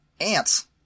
ants